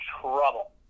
trouble